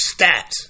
stats